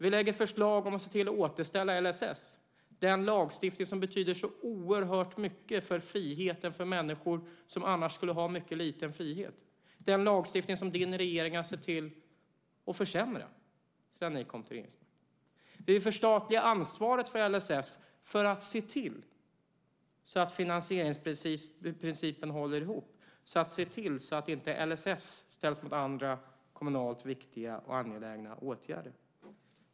Vi lägger fram förslag om att se till att återställa LSS, den lagstiftning som betyder så oerhört mycket för friheten för människor som annars skulle ha mycket liten frihet, den lagstiftning som din regering har sett till att försämra sedan ni kom till makten. Vi vill förstatliga ansvaret för LSS för att se till att finansieringsprincipen håller ihop och att LSS inte ställs mot andra kommunalt viktiga och angelägna åtgärder.